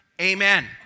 amen